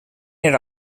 era